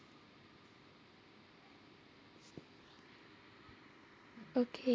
okay